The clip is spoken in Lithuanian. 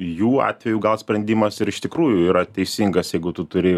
jų atveju gal sprendimas ir iš tikrųjų yra teisingas jeigu tu turi